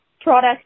products